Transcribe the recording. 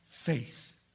Faith